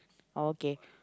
oh okay